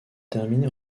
terminé